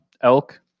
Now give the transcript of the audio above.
elk